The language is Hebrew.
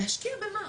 להשקיע במה?